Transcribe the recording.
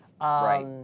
Right